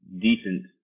decent